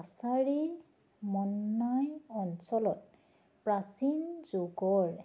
কাছাৰী মন্নয় অঞ্চলত প্ৰাচীন যুগৰ